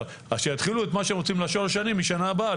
שיתחילו את מה שרוצים לשלוש שנים משנה הבאה,